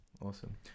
Awesome